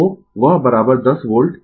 तो वह 10 वोल्ट